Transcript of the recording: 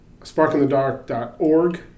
sparkinthedark.org